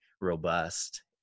robust